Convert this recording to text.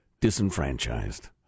Disenfranchised